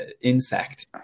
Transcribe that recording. insect